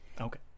Okay